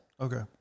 okay